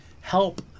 help